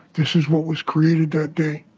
this is what was created that day.